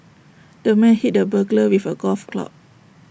the man hit the burglar with A golf club